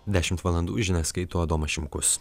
dešimt valandų žinias skaito adomas šimkus